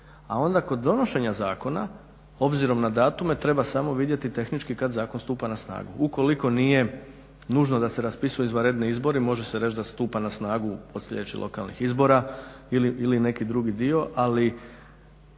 A onda kod donošenja zakona, obzirom na datume, treba samo vidjeti tehnički kad zakon stupa na snagu. Ukoliko nije nužno da se raspisuju izvanredni izbori može se reći da stupa na snagu od sljedećih lokalnih izbora ili neki drugi dio, ali